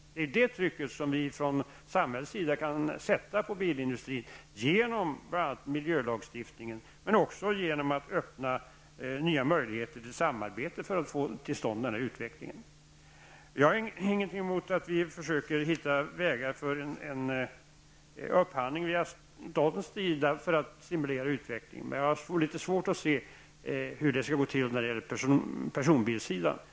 Detta är det tryck som vi från samhällets sida kan sätta på bilindustrin genom bl.a. miljölagstiftningen, men också genom att öppna nya möjligheter till samarbete för att få till stånd en utveckling. Jag har inget emot att vi försöker finna vägar för en upphandling från staten för att stimulera utvecklingen, men jag har litet svårt att se hur det skall gå till personbilssidan.